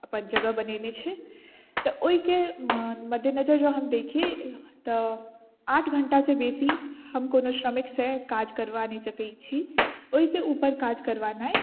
अपन जगह बनओने छै तऽ ओहिके मद्देनजर हम देखी तऽ आठ घण्टासँ बेसी हम कोनो श्रमिकसँ काज करवा नहि सकैत छी ओहिसँ ऊपर काज करवेनाइ